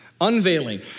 Unveiling